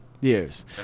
Years